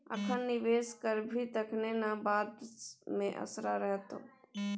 अखन निवेश करभी तखने न बाद मे असरा रहतौ